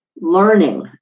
learning